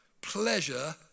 pleasure